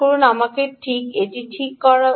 আমার ঠিক এটি করা উচিত